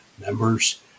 members